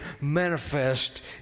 manifest